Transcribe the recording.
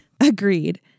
agreed